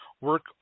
work